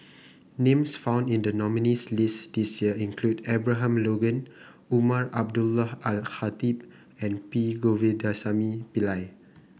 names found in the nominees' list this year include Abraham Logan Umar Abdullah Al Khatib and P Govindasamy Pillai